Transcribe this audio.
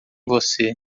você